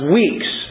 weeks